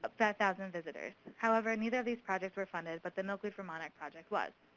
ah but thousand visitors. however, neither of these projects were funded. but the milkweeds for monarchs project was.